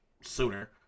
sooner